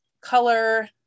color